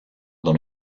dans